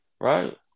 right